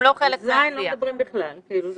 על ז' לא מדברים בכלל, כאילו חטיבה.